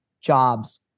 jobs